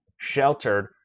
sheltered